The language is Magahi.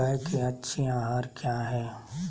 गाय के अच्छी आहार किया है?